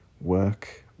Work